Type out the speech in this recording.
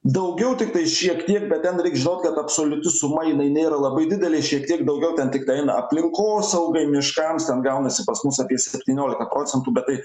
daugiau tiktai šiek tiek bet ten reik žinot kad absoliuti suma jinai nėra labai didelė šiek tiek daugiau ten tiktai eina aplinkosaugai miškams ten gaunasi pas mus apie septyniolika procentų bet tai